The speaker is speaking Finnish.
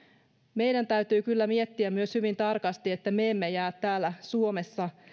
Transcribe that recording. meidän täytyy kyllä myös miettiä hyvin tarkasti että me emme jää täällä suomessa